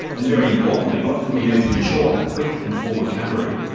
and very importantly, what can we do to ensure a quick and full recovery?